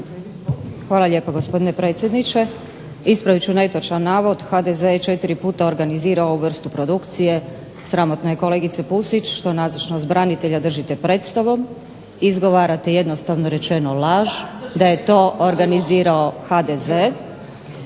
Hvala lijepo gospodine predsjedniče. Ispravit ću netočan navod HDZ je četiri puta organizirao ovu vrstu produkcije. Sramotno je kolegice Pusić što nazočnost branitelja držite predstavom i izgovarate jednostavno rečeno laž, da je to organizirao HDZ.